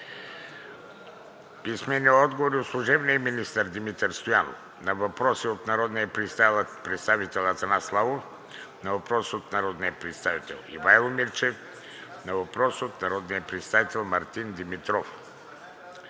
Корнелия Нинова; – служебния министър Димитър Стоянов на въпрос от народния представител Атанас Славов; на въпрос от народния представител Ивайло Мирчев; на въпрос от народния представител Мартин Димитров;